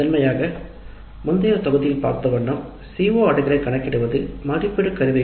முதன்மையாக முந்தைய தொகுதியிலும் பார்த்தவண்ணம் CO நிறைவு செய்தல் மாணவர்களின் செயல்திறனை அடிப்படையாகக் கொண்டது